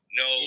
no